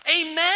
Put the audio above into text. Amen